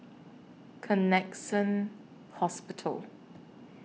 Connexion Hospital